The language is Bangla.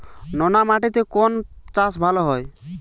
নোনা মাটিতে কোন চাষ ভালো হয়?